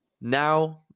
now